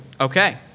Okay